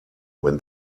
when